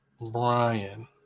brian